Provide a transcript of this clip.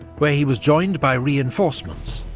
where he was joined by reinforcements,